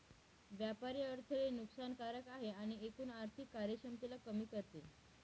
व्यापारी अडथळे नुकसान कारक आहे आणि एकूण आर्थिक कार्यक्षमतेला कमी करते